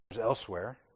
elsewhere